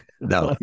No